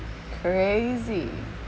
crazy